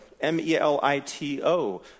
M-E-L-I-T-O